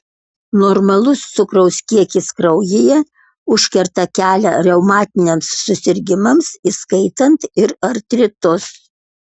normalus cukraus kiekis kraujyje užkerta kelią reumatiniams susirgimams įskaitant ir artritus